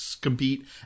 compete